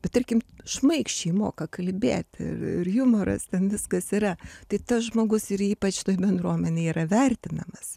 bet tarkim šmaikščiai moka kalbėt ir ir jumoras ten viskas yra tai tas žmogus ir ypač toj bendruomenėj yra vertinamas